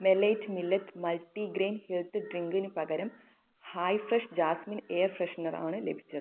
മെലൈറ്റ് millet multi grain health ഡ്രിങ്കിന് പകരം hi fresh jasmine air freshener ആണ് ലഭിച്ചത്